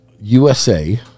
USA